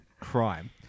crime